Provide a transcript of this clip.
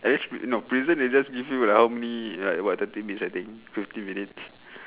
at least pri~ no prison they just give you like how many like what thirty minutes I think fifty minutes